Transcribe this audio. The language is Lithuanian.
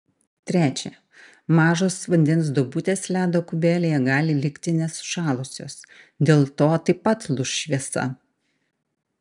trečia mažos vandens duobutės ledo kubelyje gali likti nesušalusios dėl to taip pat lūš šviesa